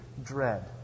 dread